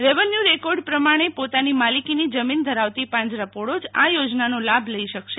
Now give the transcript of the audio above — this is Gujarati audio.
રેવન્યુ રેકોર્ડ પ્રમાણે પોતાની માલિકીની જમીન ધરાવતી પાંજરાપોળો જ આ યોજનાનો લાભ લઈ શકશે